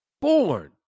Born